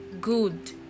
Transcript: good